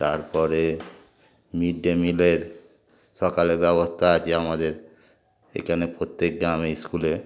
তারপরে mid day মিলের সকালের ব্যবস্থা আছে আমাদের এখানে প্রত্যেক গ্রামে স্কুলে